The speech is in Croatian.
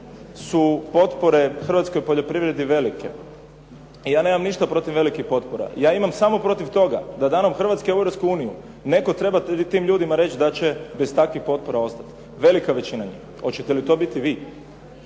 su potpore hrvatskoj poljoprivredi velike, ja nema ništa protiv velikih potpora, ja imam samo protiv toga da danom Hrvatske u Europsku uniju netko treba tim ljudima reći da će bez takvih potpora ostati, velika većina njih. Hoćete li to biti vi?